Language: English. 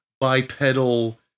bipedal